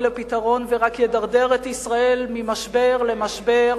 לפתרון ורק ידרדר את ישראל ממשבר למשבר,